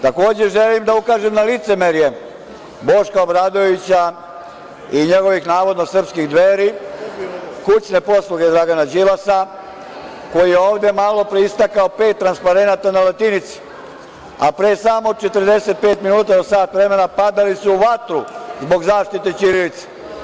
Takođe, želim da ukažem na licemerje Boška Obradovića i njegovih, navodno, srpskih Dveri, kućne posluge Dragana Đilasa, koji je ovde malopre istakao pet transparenata na latinici, a pre samo 45 minuta do sat vremena padali su vatru zbog zaštite ćirilice.